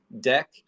deck